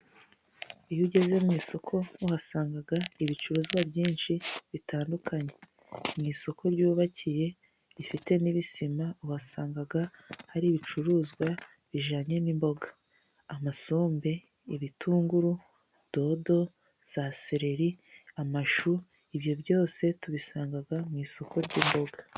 Iyo ugeze mu isoko uhasanga ibicuruzwa byinshi bitandukanye mu isoko ryubakiye rifite n'ibisima uhasanga hari ibicuruzwa bijyanye n'imboga, amasombe, ibitunguru dodo za seleri, amashu ibyo byose tubisanga mu isoko ry'imboga.